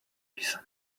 reason